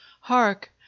Hark